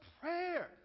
prayer